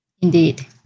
Indeed